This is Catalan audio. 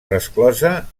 resclosa